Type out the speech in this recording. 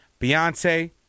Beyonce